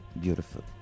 beautiful